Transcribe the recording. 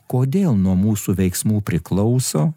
kodėl nuo mūsų veiksmų priklauso